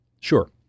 Sure